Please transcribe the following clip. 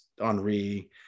Henri